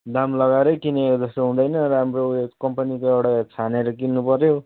दाम लगाएरै किनेको जस्तो हुँदैन राम्रो उयो कम्पनीको एउटा छानेर किन्नुपऱ्यो